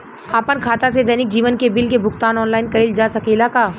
आपन खाता से दैनिक जीवन के बिल के भुगतान आनलाइन कइल जा सकेला का?